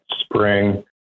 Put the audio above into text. spring